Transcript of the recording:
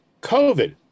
COVID